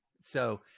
So-